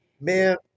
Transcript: Man